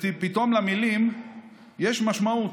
ופתאום למילים יש משמעות.